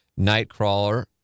Nightcrawler